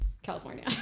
California